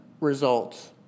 results